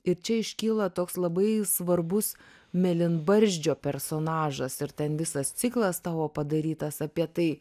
ir čia iškyla toks labai svarbus mėlynbarzdžio personažas ir ten visas ciklas tavo padarytas apie tai